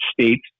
states